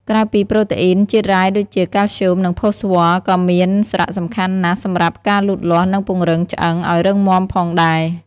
ក្រៅពីប្រូតេអ៊ីន ជាតិរ៉ែដូចជា កាល់ស្យូម និងផូស្វ័រ ក៏មានសារៈសំខាន់ណាស់សម្រាប់ការលូតលាស់ និងពង្រឹង ឆ្អឹង ឱ្យរឹងមាំផងដែរ។